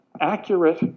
accurate